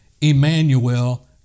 Emmanuel